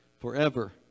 forever